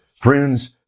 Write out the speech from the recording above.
Friends